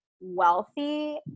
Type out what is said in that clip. wealthy